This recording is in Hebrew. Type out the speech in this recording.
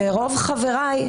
ורוב חבריי,